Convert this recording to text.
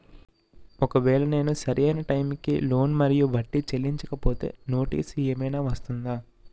ఒకవేళ నేను సరి అయినా టైం కి లోన్ మరియు వడ్డీ చెల్లించకపోతే నోటీసు ఏమైనా వస్తుందా?